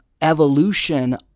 evolution